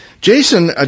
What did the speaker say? Jason